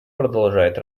продолжает